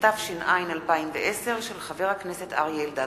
התש"ע 2010, של חבר הכנסת אריה אלדד.